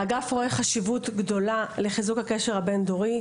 האגף רואה חשיבות גדולה לחיזוק הקשר הבין-דורי,